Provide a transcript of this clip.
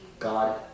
God